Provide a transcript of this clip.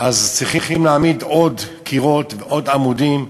וצריכים להעמיד עוד קירות ועוד עמודים,